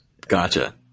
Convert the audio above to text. Gotcha